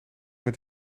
met